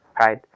right